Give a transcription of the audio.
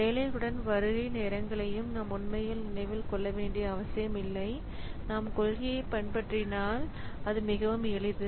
வேலைகளுடன் வருகை நேரங்களையும் நாம் உண்மையில் நினைவில் கொள்ள வேண்டிய அவசியமில்லை நாம் கொள்கையைப் பின்பற்றினால் அது மிகவும் எளிது